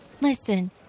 Listen